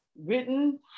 written